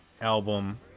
album